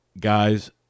Guys